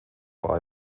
war